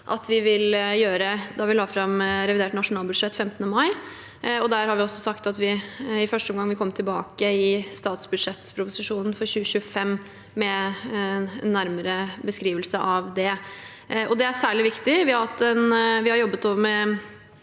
da vi la fram revidert nasjonalbudsjett 15. mai, og der har vi også sagt at vi i første omgang vil komme tilbake i statsbudsjettproposisjonen for 2025 med en nærmere beskrivelse av det. Det er særlig viktig. Vi har jobbet med